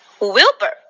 Wilbur